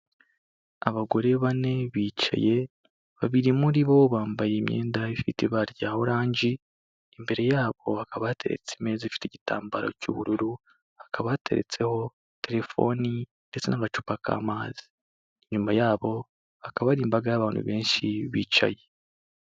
Abagore bane bicaye babiri muri bo bambaye imyenda ifite ibara rya orange. Imbere yabo hakaba yateretse imeza ifite igitambaro cy'ubururu, hakaba yateretseho telefoni ndetse n'agacupa k'amazi inyuma yabo hakaba hari imbaga y'abantu benshi bicaye.